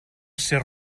ser